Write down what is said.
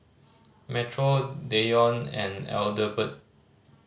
Metro Deion and Adelbert